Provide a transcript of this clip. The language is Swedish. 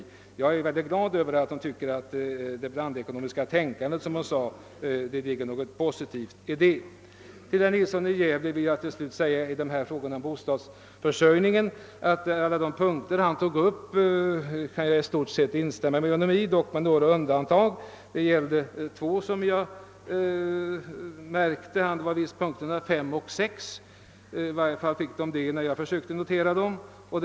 Men jag är som sagt glad över att fröken Ljungberg tycker att det ligger någonting positivt i blandekonomitänkandet, som hon sade. Till herr Nilsson i Gävle vill jag säga att jag i stort sett kan instämma med honom på samtliga punkter i hans anförande med undantag för två — de fick i mina anteckningar numren 5 och 6.